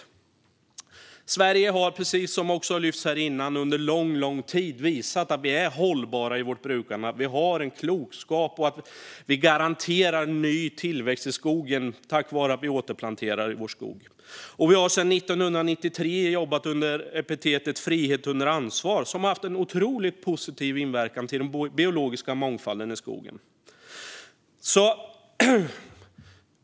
Vi i Sverige har, precis som har lyfts fram här tidigare, under lång tid visat att vi är hållbara i vårt brukande, att vi har en klokskap och att vi garanterar ny tillväxt i skogen tack vare att vi återplanterar i vår skog. Vi har sedan 1993 jobbat under epitetet frihet under ansvar, som har haft en otroligt positiv inverkan på den biologiska mångfalden i skogen.